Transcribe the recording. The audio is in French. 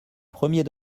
premier